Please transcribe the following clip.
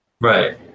right